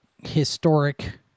historic